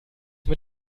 mit